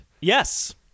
Yes